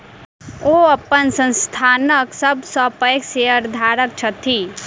ओ अपन संस्थानक सब सॅ पैघ शेयरधारक छथि